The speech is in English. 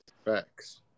Facts